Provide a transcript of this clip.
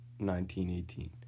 1918